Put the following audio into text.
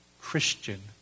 Christian